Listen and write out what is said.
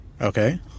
Okay